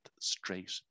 straight